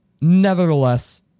nevertheless